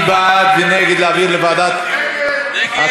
מי בעד ונגד להעביר לוועדת הכנסת?